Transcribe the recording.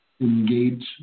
engage